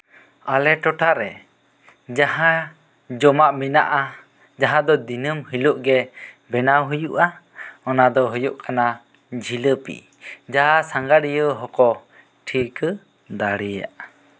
ᱟᱞᱮ ᱴᱚᱴᱷᱟ ᱨᱮ ᱡᱟᱦᱟᱸ ᱡᱚᱢᱟᱜ ᱢᱮᱱᱟᱜᱼᱟ ᱡᱟᱦᱟᱸ ᱫᱚ ᱫᱤᱱᱟᱹᱢ ᱦᱤᱞᱳᱜ ᱜᱮ ᱵᱮᱱᱟᱣ ᱦᱩᱭᱩᱜᱼᱟ ᱚᱱᱟ ᱫᱚ ᱦᱩᱭᱩᱜ ᱠᱟᱱᱟ ᱡᱷᱤᱞᱟᱹᱯᱚ ᱡᱟᱦᱟᱸᱭ ᱥᱟᱸᱜᱷᱟᱨᱤᱭᱟᱹ ᱦᱚᱸ ᱠᱚ ᱴᱷᱤᱠᱟᱹ ᱫᱟᱲᱮᱭᱟᱜᱼᱟ